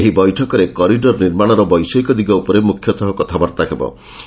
ଏହି ବୈଠକରେ କରିଡର ନିର୍ମାଣର ବୈଷୟିକ ଦିଗ ଉପରେ ମୁଖ୍ୟତଃ କଥାବାର୍ତ୍ତା କରିବେ